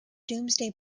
domesday